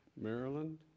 Maryland